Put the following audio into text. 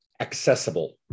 accessible